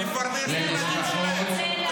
--- לפרנס את הילדים שלהם.